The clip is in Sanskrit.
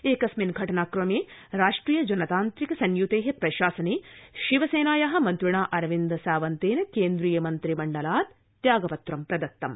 एकस्मिन् घटनाक्रमे राष्ट्रिय जनतान्त्रिक संयुते प्रशासने शिवसेनाया मन्त्रिणा अरविन्द सावन्तेन केन्द्रीय मन्त्रिमण्डात् त्यागपत्रं प्रदत्तम्